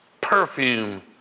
perfume